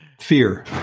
Fear